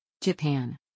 Japan